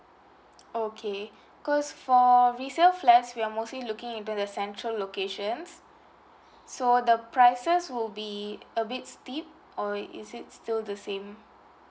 oh okay because for resale flats we are mostly looking into the central locations so the prices will be a bit steep or is it still the same